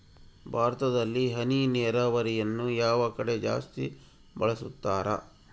ಭಾರತದಲ್ಲಿ ಹನಿ ನೇರಾವರಿಯನ್ನು ಯಾವ ಕಡೆ ಜಾಸ್ತಿ ಬಳಸುತ್ತಾರೆ?